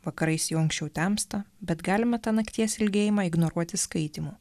vakarais jau anksčiau temsta bet galima tą nakties ilgėjimą ignoruoti skaitymu